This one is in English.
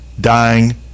dying